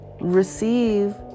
receive